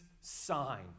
sign